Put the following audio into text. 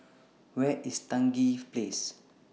Where IS Stangee Place